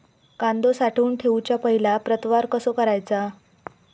कांदो साठवून ठेवुच्या पहिला प्रतवार कसो करायचा?